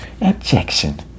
Objection